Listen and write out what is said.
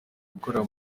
gukorera